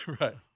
Right